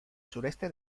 sureste